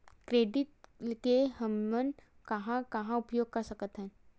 Credit के हमन कहां कहा उपयोग कर सकत हन?